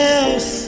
else